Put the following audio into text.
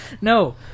No